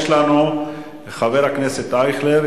יש לנו חבר הכנסת אייכלר,